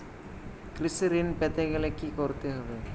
কৃষি ঋণ পেতে গেলে কি করতে হবে?